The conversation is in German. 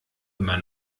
immer